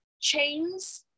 chains